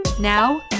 Now